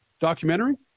Documentary